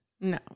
No